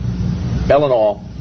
Eleanor